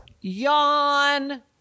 yawn